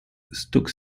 stoke